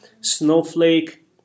Snowflake